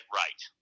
right